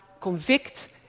convict